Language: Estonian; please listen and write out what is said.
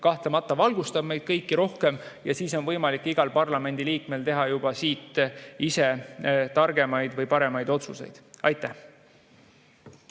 kahtlemata valgustab meid kõiki rohkem, ja siis on võimalik igal parlamendiliikmel teha juba siit ise targemaid või paremaid otsuseid. Aitäh!